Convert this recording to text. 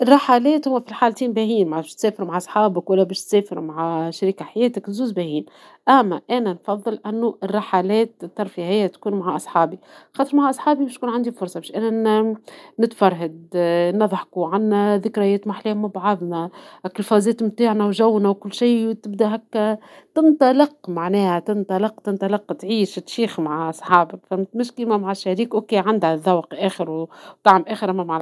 الرحلات هو في الحالتين باهيين ، باش تسافر مع صحابك ولا باش تسافر مع شريك حياتك ، الزوز باهيين ، أما أنا نفضل أنو الرحلات الترفيهية تكون مع صحابي، خاطر مع صحابي باش تكون عندي فرصة باش أنا نتفرهد ، نضحوا عنا ذكريات محلاهم مع بعضنا ، الفازات نتاعنا وجونا وكل شي ، تبدى هكا تنطلق معناها تنطلق تنطلق تعيش تشيخ مع صحابك ، فهمت مش مع الشريك عندها ذوق وطعم أخر أما.